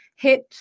hit